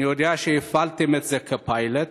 אני יודע שהפעלתם את זה כפיילוט,